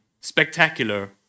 spectacular